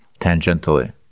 tangentially